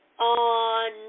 on